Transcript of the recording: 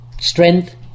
strength